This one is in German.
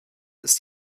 ist